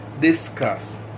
discuss